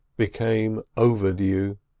became overdue.